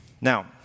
Now